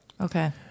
Okay